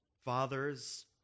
Fathers